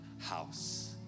house